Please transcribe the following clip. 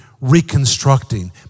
reconstructing